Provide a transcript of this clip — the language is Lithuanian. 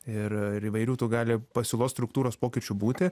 ir ir įvairių tų gali pasiūlos struktūros pokyčių būti